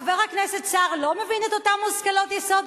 חבר הכנסת סער לא מבין את אותם מושכלות יסוד,